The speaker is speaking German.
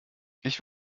ich